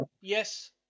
Yes